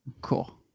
cool